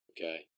Okay